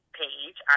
page